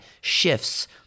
shifts